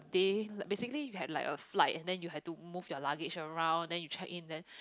day basically you had like a flight and then you have to move your luggage around then you check in then